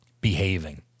behaving